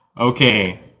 Okay